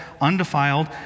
undefiled